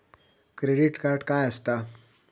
Credit card काय असता?